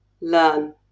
learn